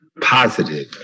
positive